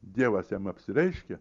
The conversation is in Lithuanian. dievas jam apsireiškė